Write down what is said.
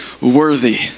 worthy